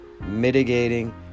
mitigating